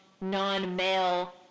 non-male